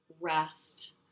rest